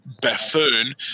buffoon